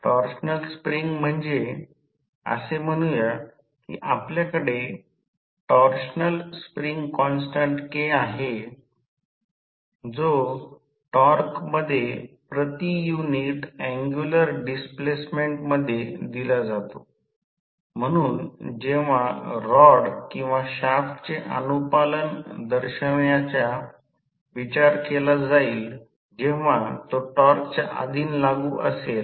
torsional spring असे म्हणूया की आपल्याकडे टॉर्शअल स्प्रिंग कॉन्स्टन्ट K आहे जो टॉर्कमध्ये प्रति युनिट अँग्युलर डिस्प्लेसमेंट मध्ये दिला जातो म्हणून जेव्हा रॉड किंवा शाफ्टचे अनुपालन दर्शवण्याचा विचार केला जाईल जेव्हा तो टॉर्कच्या अधीन लागू असेल